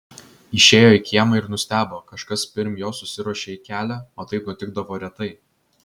išėjo į kiemą ir nustebo kažkas pirm jo susiruošė į kelią o taip nutikdavo retai